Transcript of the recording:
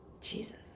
Jesus